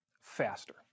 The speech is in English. faster